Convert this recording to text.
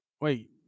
wait